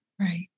Right